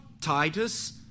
Titus